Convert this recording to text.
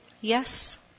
Yes